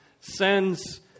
sends